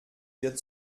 wird